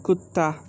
कुत्ता